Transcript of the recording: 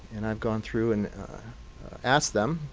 and i've gone through and asked them,